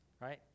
right